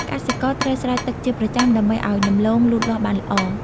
កសិករត្រូវស្រោចទឹកជាប្រចាំ ដើម្បីឱ្យដំឡូងលូតលាស់បានល្អ។